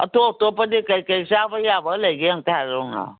ꯑꯇꯣꯞ ꯑꯇꯣꯞꯄꯗꯤ ꯀꯩꯀꯩ ꯆꯥꯕ ꯌꯥꯕ ꯂꯩꯒꯦ ꯑꯝꯇ ꯍꯥꯏꯔꯛꯎꯅ